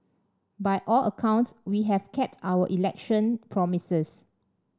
by all accounts we have kept our election promises